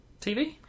tv